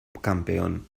campeón